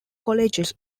colleges